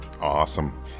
Awesome